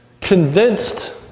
convinced